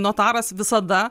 notaras visada